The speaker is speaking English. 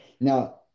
Now